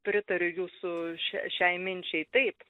pritariu jūsų šiai minčiai taip